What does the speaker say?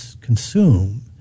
consume